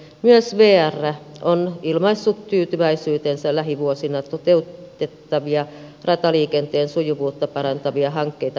myös vr on ilmaissut tyytyväisyytensä lähivuosina toteutettavia rataliikenteen sujuvuutta parantavia hankkeita kohtaan